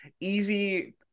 easy